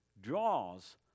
draws